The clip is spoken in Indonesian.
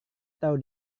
tahu